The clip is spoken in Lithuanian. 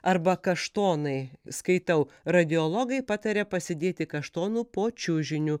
arba kaštonai skaitau radiologai pataria pasidėti kaštonų po čiužiniu